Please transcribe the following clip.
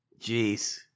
Jeez